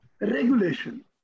regulation